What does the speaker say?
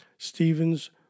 Stevens